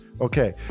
Okay